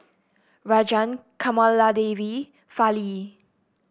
Rajan Kamaladevi Fali